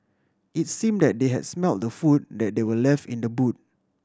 it's seem that they had smelt the food that they were left in the boot